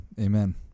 amen